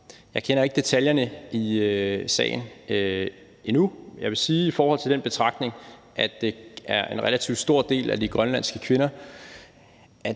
Jeg kender ikke detaljerne i sagen endnu, men jeg vil sige i forhold til den betragtning, at det er en relativt stor del af de grønlandske kvinder,